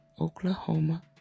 Oklahoma